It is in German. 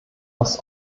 was